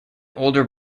older